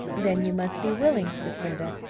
then you must be willing, said brenda,